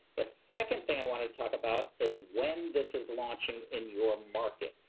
the second thing i wanted to talk about is when this is launching in your market.